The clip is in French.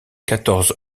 quatorze